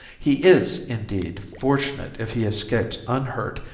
he is, indeed, fortunate if he escapes unhurt,